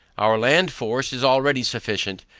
our land force is already sufficient,